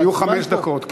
היו חמש דקות.